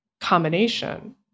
combination